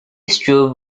struve